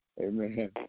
amen